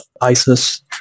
ISIS